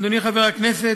אדוני חבר הכנסת,